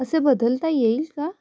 असे बदलता येईल का